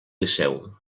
liceu